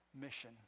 mission